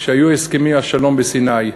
כשהיו הסכמי השלום בסיני,